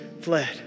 fled